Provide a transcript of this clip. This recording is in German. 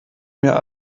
mir